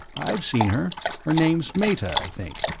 i've seen her. her name's meta, i think.